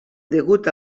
degut